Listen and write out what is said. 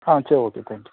ஆ சரி okay thank you